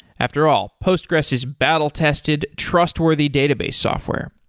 after all, postgressql is battle-tested, trustworthy database software